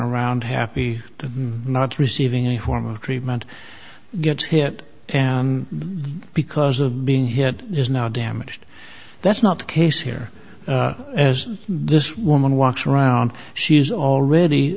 around happy to not receiving any form of treatment gets hit and because of being hit is now damaged that's not the case here as this woman walks around she's already